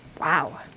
Wow